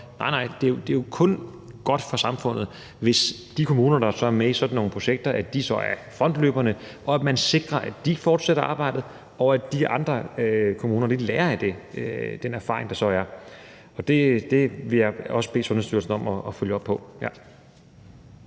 Men det er jo kun godt for samfundet, hvis de kommuner, der er med i sådan nogle projekter, er frontløberne, og hvis man sikrer, at de fortsætter arbejdet, og at de andre kommuner lærer af deres erfaringer. Det vil jeg også bede Sundhedsstyrelsen om at følge op på.